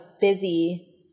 busy